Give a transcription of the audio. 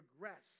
progress